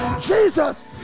Jesus